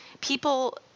People